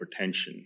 hypertension